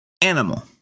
Animal